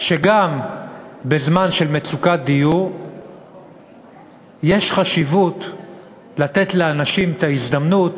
שגם בזמן של מצוקת דיור חשוב לתת לאנשים את ההזדמנות